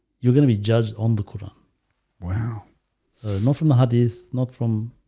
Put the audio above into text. you're gonna be judged on the quran wow not from the hadees not from